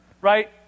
right